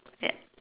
yup